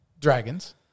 Dragons